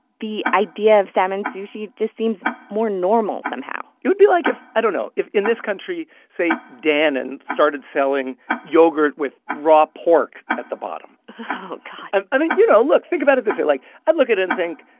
the idea of salmon sushi just seems more normal somehow it would be like, if i don't know. if, in this country, say, dannon started selling yogurt with raw pork at the bottom oh, god kind of i mean, you know, look. think about it this way. like, i'd look at it and think,